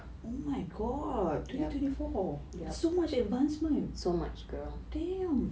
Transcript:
oh my god twenty twenty four there's so much advancement damn